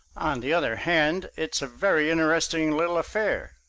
on the other hand, it's a very interesting little affair,